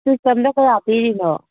ꯆꯤꯁ ꯕꯟꯗꯣ ꯀꯌꯥ ꯄꯤꯔꯤꯅꯣ